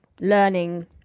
learning